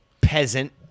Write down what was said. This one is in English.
Peasant